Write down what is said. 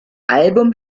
album